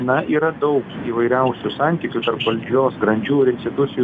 na yra daug įvairiausių santykių tarp valdžios grandžių ir institucijų